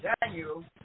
daniel